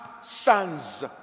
sons